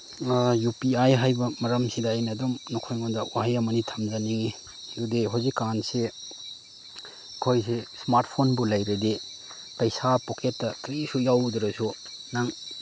U P I ꯍꯥꯏꯕ ꯃꯔꯝꯁꯤꯗ ꯑꯩꯅ ꯑꯗꯨꯝ ꯅꯈꯣꯏꯉꯣꯟꯗ ꯋꯥꯍꯩ ꯑꯃꯅꯤ ꯊꯝꯖꯅꯤꯡꯉꯤ ꯑꯗꯨꯗꯤ ꯍꯧꯖꯤꯛꯀꯥꯟꯁꯤ ꯑꯩꯈꯣꯏꯁꯤ ꯏꯁꯃꯥꯔꯠ ꯐꯣꯟꯕꯨ ꯂꯩꯔꯗꯤ ꯄꯩꯁꯥ ꯄꯣꯀꯦꯠꯇ ꯀꯔꯤꯁꯨ ꯌꯥꯎꯗ꯭ꯔꯁꯨ ꯅꯪ